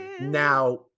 now